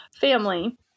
family